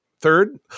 third